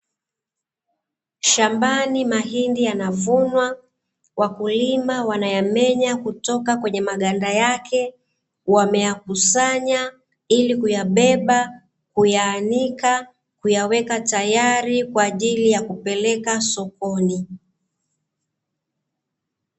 Shambani mahindi yanavunwa, wakulima wanayamenya kutoka kwenye maganda yake. Wameyakusanya ili kuyabeba, kuyaanika, kuyaweka tayari kwa ajili ya kupeleka sokoni.